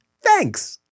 thanks